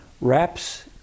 wraps